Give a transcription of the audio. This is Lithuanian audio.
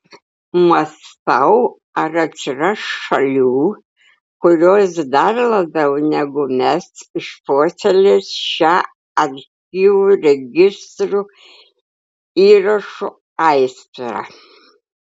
mąstau ar atsiras šalių kurios dar labiau negu mes išpuoselės šią archyvų registrų įrašų aistrą